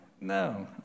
no